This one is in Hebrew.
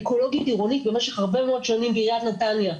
אקולוגית עירונית במשך הרבה מאוד שנים בעיריית נתניה.